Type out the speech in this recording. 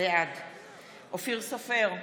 בעד אופיר סופר,